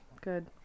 good